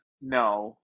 No